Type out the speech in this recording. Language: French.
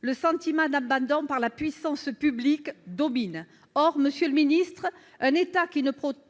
Le sentiment d'abandon par la puissance publique domine. Or, monsieur le ministre, un État qui ne protège